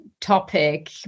topic